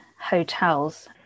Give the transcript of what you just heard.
hotels